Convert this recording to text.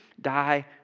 die